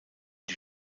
die